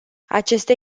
aceste